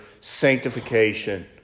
sanctification